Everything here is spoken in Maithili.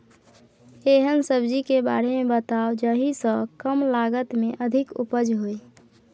एहन सब्जी के बारे मे बताऊ जाहि सॅ कम लागत मे अधिक उपज होय?